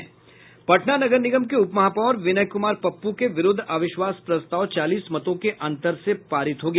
पटना नगर निगम के उप महापौर विनय कुमार पप्प के विरूद्व अविश्वास प्रस्ताव चालीस मतों के अंतर से पारित हो गया